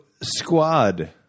squad